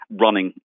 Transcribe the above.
running